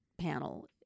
Panel